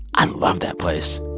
i love that place.